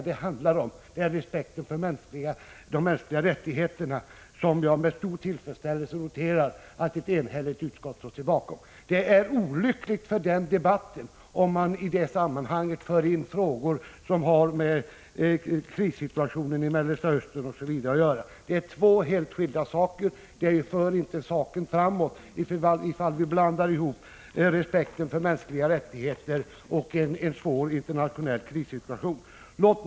Det är respekten för de mänskliga rättigheterna som jag med stor tillfredsställelse noterar att ett enhälligt utskott har ställt sig bakom. Det är olyckligt för denna debatt om man i sammanhanget för in frågor som har med krissituationen i Mellersta Östern osv. att göra. Detta är två helt skilda saker. Om vi blandar ihop respekten för de mänskliga rättigheterna och en svår internationell krissituation, för vi inte debatten framåt.